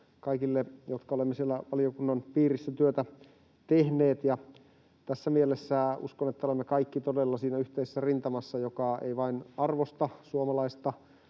kaikille, jotka olemme siellä valiokunnan piirissä työtä tehneet, ja tässä mielessä uskon, että olemme kaikki todella siinä yhteisessä rintamassa, joka ei vain arvosta suomalaista